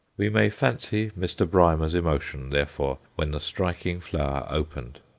we may fancy mr. brymer's emotion, therefore, when the striking flower opened.